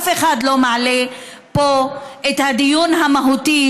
אף אחד לא מעלה פה את הדיון המהותי,